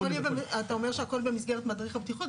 אבל אתה אומר שהכול במסגרת מדריך הבטיחות,